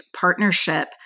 partnership